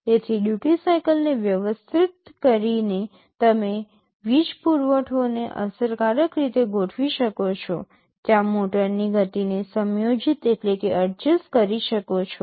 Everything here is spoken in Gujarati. તેથી ડ્યૂટિ સાઇકલને વ્યવસ્થિત કરીને તમે વીજ પુરવઠોને અસરકારક રીતે ગોઠવી શકો છો ત્યાં મોટરની ગતિને સમયોજિત કરી શકો છો